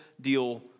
deal